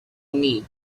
need